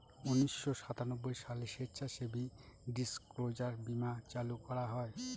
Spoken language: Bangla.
উনিশশো সাতানব্বই সালে স্বেচ্ছাসেবী ডিসক্লোজার বীমা চালু করা হয়